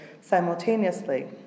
simultaneously